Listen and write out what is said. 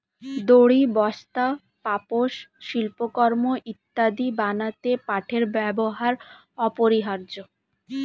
দড়ি, বস্তা, পাপোশ, শিল্পকর্ম ইত্যাদি বানাতে পাটের ব্যবহার অপরিহার্য